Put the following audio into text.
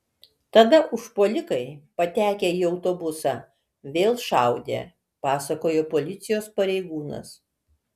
tada užpuolikai patekę į autobusą vėl šaudė pasakojo policijos pareigūnas